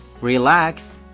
Relax